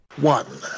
one